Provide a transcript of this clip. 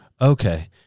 Okay